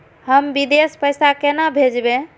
हम विदेश पैसा केना भेजबे?